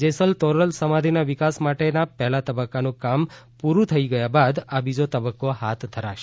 જેસલ તોરલ સમાધિના વિકાસ માટેના પહેલા તબક્કાનું કામ પૂરું થઈ ગયા બાદ આ બીજો તબક્કો હાથ ધરશે